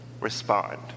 respond